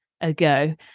ago